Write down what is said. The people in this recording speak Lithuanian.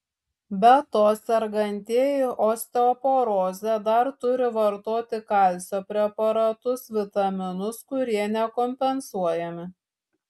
be to sergantieji osteoporoze dar turi vartoti kalcio preparatus vitaminus kurie nekompensuojami